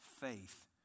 Faith